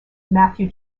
matthew